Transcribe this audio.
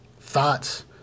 thoughts